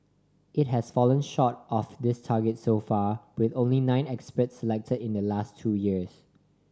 it has fallen short of this target so far with only nine experts selected in the last two years